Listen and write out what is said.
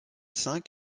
cinq